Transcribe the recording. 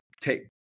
take